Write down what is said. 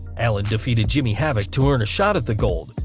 allin defeated jimmy havoc to earn a shot at the gold,